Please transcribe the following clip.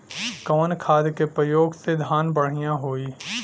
कवन खाद के पयोग से धान बढ़िया होई?